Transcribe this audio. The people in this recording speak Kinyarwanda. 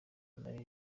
nayo